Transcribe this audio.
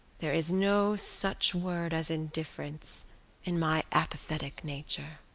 there is no such word as indifference in my apathetic nature.